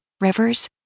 rivers